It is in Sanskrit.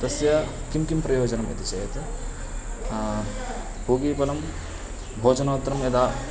तस्य किं किं प्रयोजनम् भवति चेत् पूगीफलं भोजना नन्तरं यदा